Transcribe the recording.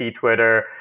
Twitter